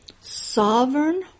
Sovereign